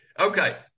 Okay